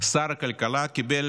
שר הכלכלה קיבל